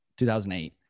2008